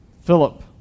Philip